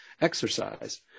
exercise